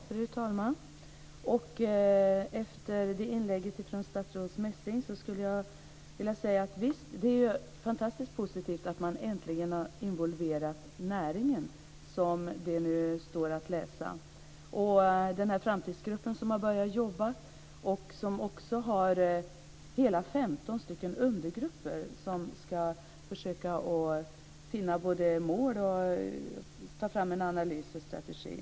Fru talman! Efter det inlägget från statsrådet Messing skulle jag vilja säga så här: Visst är det fantastiskt positivt att man äntligen har involverat näringen, som nu står att läsa. Det gäller också den framtidsgrupp som har börjat jobba, som har hela femton undergrupper som både ska försöka finna mål och ta fram en analys och en strategi.